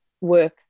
work